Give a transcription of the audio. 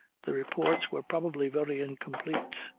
the reports were probably very incomplete.